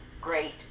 great